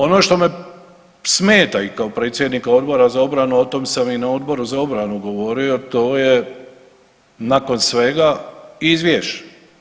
Ono što me smeta i kao predsjednika Odbora za obranu, o tom sam i na Odboru za obranu govorio, to je nakon svega, izvješće.